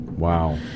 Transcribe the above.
wow